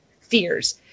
fears